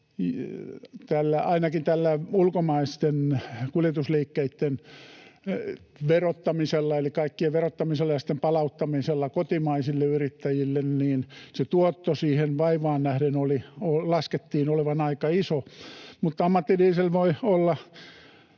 verottamisella, eli kaikkien verottamisella ja sitten palauttamisella kotimaisille yrittäjille sen tuoton siihen vaivaan nähden laskettiin olevan aika pieni. Mutta ammattidiesel voi olla